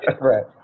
Right